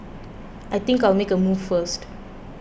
I think I'll make a move first